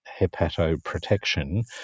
hepatoprotection